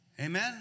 Amen